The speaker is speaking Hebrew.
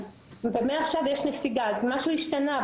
ומעכשיו יש נסיגה, כלומר משהו השתנה.